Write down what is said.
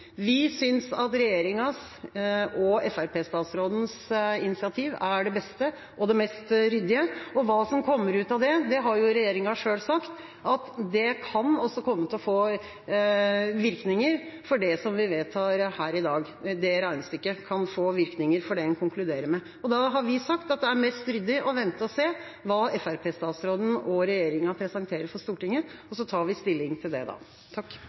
Vi synes at regjeringa og Fremskrittsparti-statsrådens initiativ er det beste og det mest ryddige. Regjeringa har selv sagt at hva som kommer ut av det, det regnestykket, kan komme til å få virkninger for det man konkluderer med her i dag. Vi har sagt at det er mest ryddig å vente og se hva statsråden fra Fremskrittspartiet og regjeringa presenterer for Stortinget. Så tar vi stilling til det da.